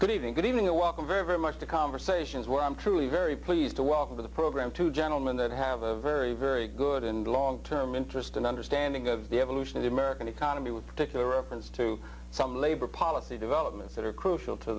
good evening and welcome very very much to conversations where i'm truly very pleased to welcome to the program two gentlemen that have a very very good and long term interest an understanding of the evolution of the american economy with particular offense to some labor policy developments that are crucial to